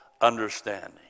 understanding